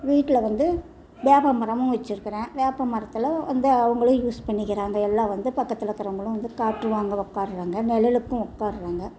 வீட்டில் வந்து வேப்பம் மரமும் வச்சுருக்கிறேன் வேப்பம் மரத்தில் வந்து அவங்களும் யூஸ் பண்ணிக்கிறாங்க எல்லாம் வந்து பக்கத்தில் இருக்கிறவங்களும் வந்து காற்று வாங்க உட்காருறாங்க நிலலுக்கும் உட்காருறாங்க